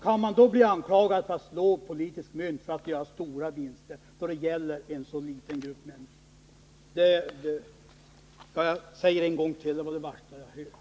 Kan man bli anklagad för att slå politiskt mynt, för att vilja göra stora vinster, då det gäller en så liten grupp människor? Jag säger en gång till: Det var det värsta jag hört!